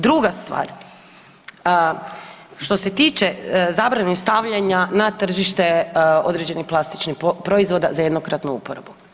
Druga stvar, što se tiče zabrane i stavljanja na tržište određenih plastičnih proizvoda za jednokratnu uporabu.